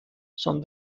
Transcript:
son